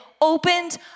opened